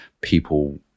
people